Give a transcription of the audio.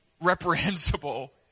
reprehensible